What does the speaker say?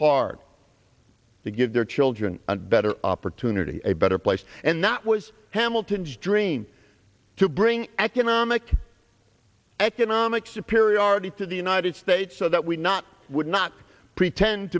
hard to give their children and better opportunity a better place and that was hamilton's dream to bring economic economics to periodic to the united states so that we not would not pretend